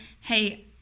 hey